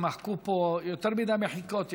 הם מחקו פה, יותר מדי מחיקות יש.